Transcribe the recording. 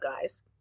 guys